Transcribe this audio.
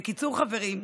בקיצור, חברים,